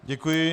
Děkuji.